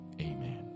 amen